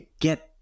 get